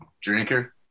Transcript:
drinker